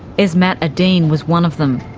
esmat adine was one of them.